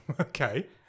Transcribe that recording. Okay